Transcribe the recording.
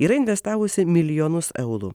yra investavusi milijonus eulų